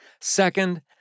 Second